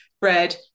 bread